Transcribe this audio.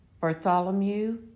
Bartholomew